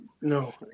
No